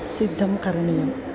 सिद्धं करणीयम्